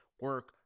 Work